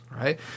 right